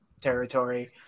territory